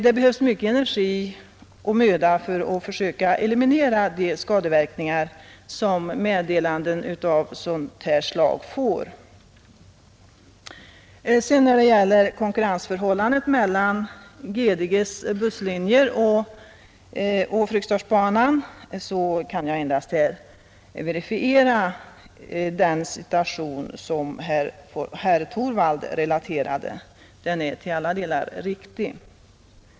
Det behövs mycken energi och möda för att försöka eliminera de skadeverkningar som meddelanden av sådant slag får. Vad sedan gäller konkurrensförhållandet mellan GDG ss busslinjer och Fryksdalsbanan kan jag bara verifiera att den situation som herr Torwald skisserade är till alla delar riktig.